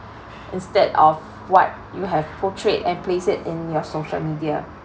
instead of what you have portrayed and placed it in your social media